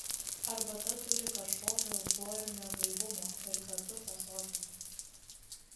arbata turi kažkokio euforinio gaivumo ir kartu pasotina